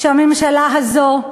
שהממשלה הזאת,